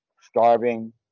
starving